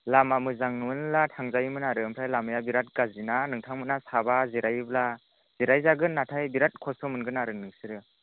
लामा मोजां मोनब्ला थांजायोमोन आरो ओमफ्राय लामाया बेराट गाज्रिना नोंथांमोना साबा जिरायोब्ला जिराय जागोन नाथाय बेराट खस्थ' मोनगोन आरो नोंसोरो